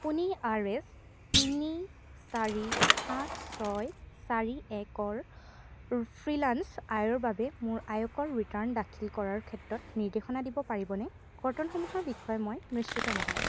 আপুনি R S তিনি চাৰি সাত ছয় চাৰি একৰ ফ্ৰিলান্স আয়ৰ বাবে মোৰ আয়কৰ ৰিটাৰ্ণ দাখিল কৰাৰ ক্ষেত্ৰত নিৰ্দেশনা দিব পাৰিবনে কৰ্তনসমূহৰ বিষয়ে মই নিশ্চিত নহয়